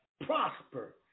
prosper